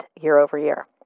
year-over-year